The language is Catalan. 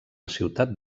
ciutat